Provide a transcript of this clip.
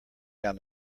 down